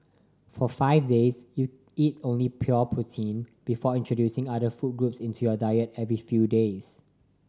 for five days you eat only pure protein before introducing other food groups into your diet every few days